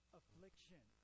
affliction